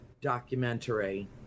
documentary